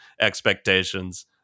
expectations